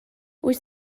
wyt